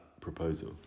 proposal